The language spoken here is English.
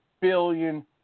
billion